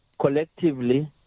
Collectively